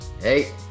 Hey